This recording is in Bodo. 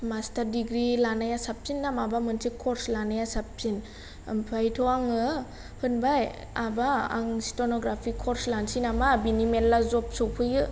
मास्टार डिग्रि लानाया साबसिन ना माबा मोनसे कर्स लानाया साबसिन आमफाइथ' आङो होनबाय आबा आं स्टेनग्राफि कर्स लानोसै नामा बेनि मेल्ला जोब सौफैयो